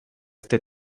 este